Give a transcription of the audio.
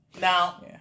Now